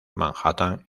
manhattan